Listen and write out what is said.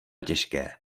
těžké